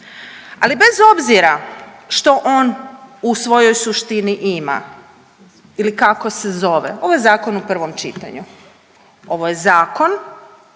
Ali bez obzira što on u svojoj suštini ima ili kako se zove, ovo je zakon u prvom čitanju, ovo je zakon